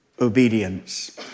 obedience